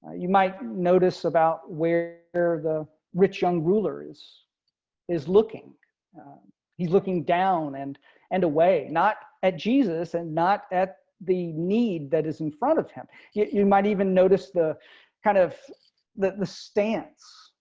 you might notice about where where the rich young ruler is is looking he's looking down and and away not at jesus and not at the need that is in front of him. yeah you might even notice the kind of the stance,